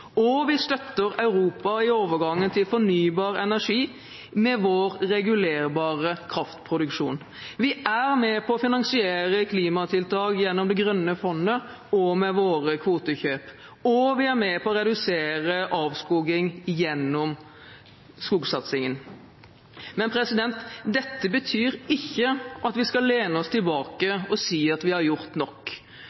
og vi støtter Europa i overgangen til fornybar energi med vår regulerbare kraftproduksjon. Vi er med på å finansiere klimatiltak gjennom Det grønne klimafondet og med våre kvotekjøp, og vi er med på å redusere avskoging gjennom skogsatsingen. Men dette betyr ikke at vi skal lene oss tilbake